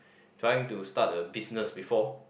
trying to start a business before